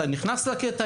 אתה נכנס לקטע,